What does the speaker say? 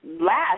last